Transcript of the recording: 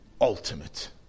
ultimate